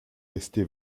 resté